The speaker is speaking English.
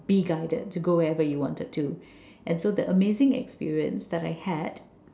be guided to go wherever you wanted to and so that amazing experience that I had